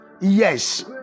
Yes